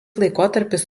laikotarpis